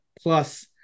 plus